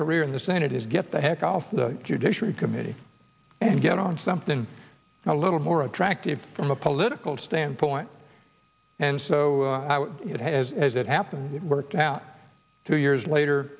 career in the senate is get the heck off the judiciary committee and get on to something a little more attractive from a political standpoint and so it has as it happened it worked out two years later